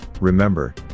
remember